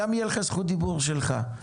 גם תהיה לך זכות דיבור משלך.